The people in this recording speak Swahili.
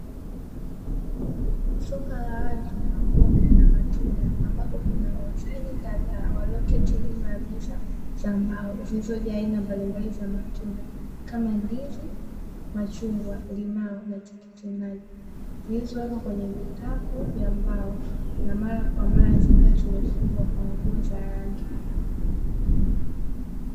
Soko la wazi la mboga na matunda, ambapo kuna wauzaji kadhaa walioketi nyuma ya meza za mbao, zilizojaa aina mbalimbali za matunda, kama vile; machungwa, limao na matikitimaji, zilizowekwa kwenye vikapu vya mbao na mara kwa mara zikiwa zimefungwa kwa nguo za rangi.